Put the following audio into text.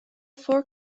four